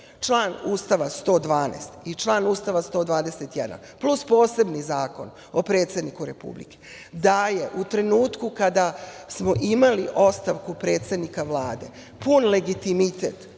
Član Ustava 112. i član Ustava 121. plus posebni Zakon o predsedniku Republike daje u trenutku kada imamo ostavku predsednika Vlade pun legitimitet